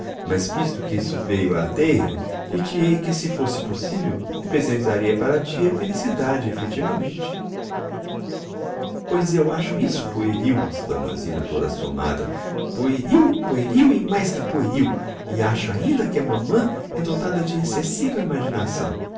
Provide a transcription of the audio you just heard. mas visto que isso veiu á teia dir te hei que se fosse possivel representaria para ti a felicidade effectivamente pois eu acho isso pueril exclama a zina toda assommada pueril pueril e mais que pueril e acho ainda que a mamã é dotada de excessiva imaginação